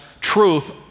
truth